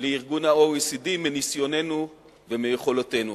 ל- OECDמניסיוננו ומיכולותינו.